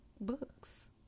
books